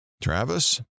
Travis